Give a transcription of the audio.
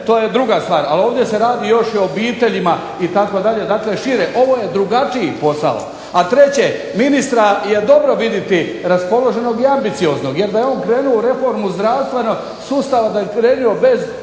To je druga stvar. Ali, ovdje se radi još i obiteljima itd. Dakle, i šire. Ovo je drugačiji posao. A treće, ministra je dobro vidjeti raspoloženog i ambicioznog jer da je on krenuo u reformu zdravstvenog sustava da je krenuo bez